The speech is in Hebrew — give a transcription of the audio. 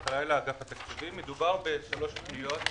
מדובר בשלוש פניות,